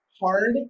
hard